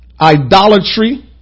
Idolatry